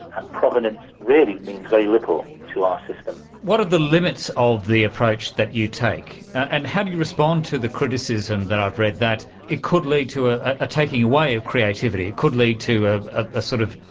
and provenance really means very little to our system. what are the limits of the approach that you take, and how do you respond to the criticism that i've read that it could lead to a a taking away of creativity, it could lead to a sort of,